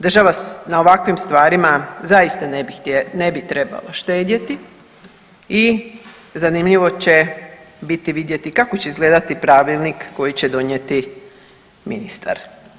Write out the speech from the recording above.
Država na ovakvim stvarima zaista ne bi trebala štedjeti i zanimljivo će biti vidjeti kako će izgledati pravilnik koji će donijeti ministar.